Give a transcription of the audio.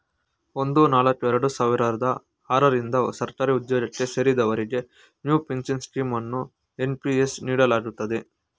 ಒಂದು ನಾಲ್ಕು ಎರಡು ಸಾವಿರದ ಆರ ರಿಂದ ಸರ್ಕಾರಿಉದ್ಯೋಗಕ್ಕೆ ಸೇರಿದವರಿಗೆ ನ್ಯೂ ಪಿಂಚನ್ ಸ್ಕೀಂ ಅನ್ನು ಎನ್.ಪಿ.ಎಸ್ ನೀಡಲಾಗುತ್ತದೆ